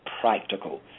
practical